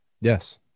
Yes